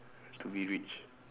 to be rich